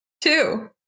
two